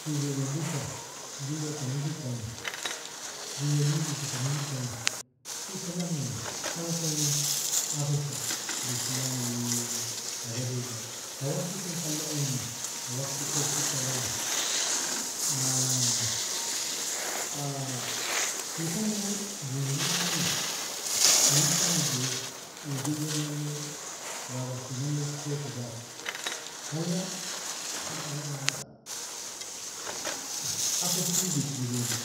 tugelon dukka julleg tagnikikani, jule digitta tagnikikani, gurka jakname, tala ton gon afesh fali, bisilangi, haja digid, kawartikon tala unni, kawartikon kutta wahi, tutana gon jeneri agnina, inin karamido uu jule nane ghabanchi nane sotta jaglu, tala afesh digid giriidi.